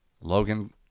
Logan